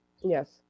Yes